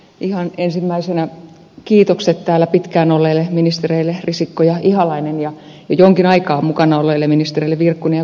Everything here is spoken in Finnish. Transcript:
ihan ensimmäisenä kiitokset täällä pitkään olleille ministereille risikko ja ihalainen ja jo jonkin aikaa mukana olleille ministereille virkkunen ja gustafsson